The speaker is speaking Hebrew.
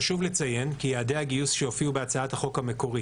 חשוב לציין כי יעדי הגיוס שהופיעו בהצעת החוק המקורי